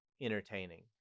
entertaining